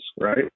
right